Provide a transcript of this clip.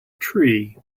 tree